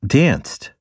danced